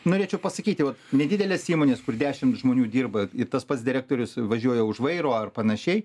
norėčiau pasakyti vat nedidelės įmonės kur dešim žmonių dirba ir tas pats direktorius važiuoja už vairo ar panašiai